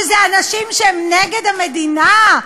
שזה אנשים שהם נגד המדינה?